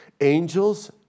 Angels